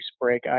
Break